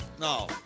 No